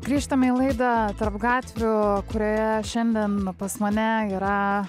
grįžtame į laidą tarp gatvių kurioje šiandien pas mane yra